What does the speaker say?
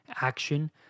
Action